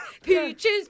Peaches